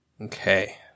Okay